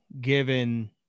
given